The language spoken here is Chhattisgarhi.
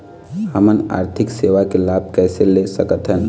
हमन आरथिक सेवा के लाभ कैसे ले सकथन?